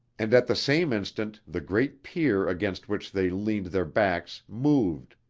and at the same instant the great pier against which they leaned their backs moved,